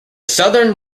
southern